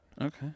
okay